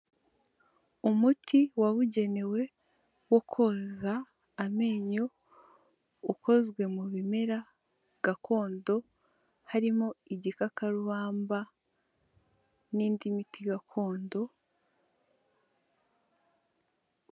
Umuti wabugenewe wo koza amenyo ukozwe mu bimera gakondo, harimo igikakarubamba n'indi miti gakondo.